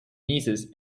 nieces